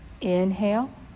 Inhale